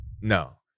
No